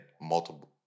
multiple